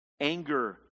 anger